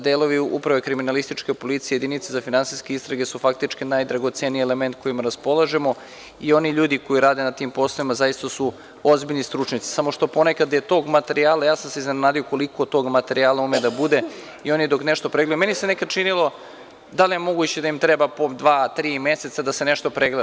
Delovi Uprave kriminalističke policije, Jedinice za finansijske istrage su faktički najdragoceniji element kojim raspolažemo i oni ljudi koji rade na tim poslovima zaista su ozbiljni stručnjaci, samo što ponekad je tog materijala, iznenadio sam se koliko tog materijala ume da bude i oni dok nešto pregledaju, meni se nekad činilo da li je moguće da im treba po dva, tri meseca da se nešto pregleda.